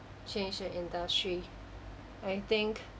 change the industry I think